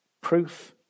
Proof